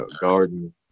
garden